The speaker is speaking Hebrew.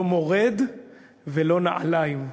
לא מורד ולא נעליים.